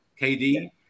KD